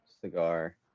cigar